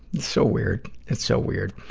so weird that's so weird.